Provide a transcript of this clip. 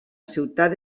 ciutat